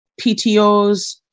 PTOS